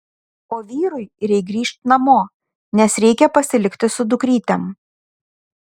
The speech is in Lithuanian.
o vyrui reik grįžt namo nes reikia pasilikti su dukrytėm